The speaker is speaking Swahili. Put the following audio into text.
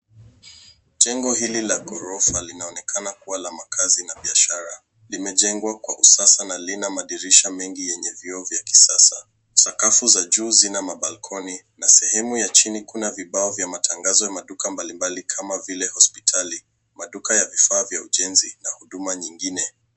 Jengo hili la ghorofa linaonekana kuwa la makazi na biashara. Limejengwa kwa usasa na lina madirisha mengi yenye vioo vya kisasa. Sakafu za juu zina mabalkoni , na sehemu ya chini kuna vibao vya matangazo ya maduka mbalimbali kama vile hospitali, maduka ya vifaa vya ujenzi, na huduma nyingine.